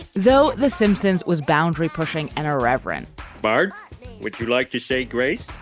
though the simpsons was boundary pushing and irreverent bard would you like to say grace.